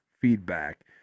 feedback